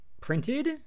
printed